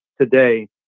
today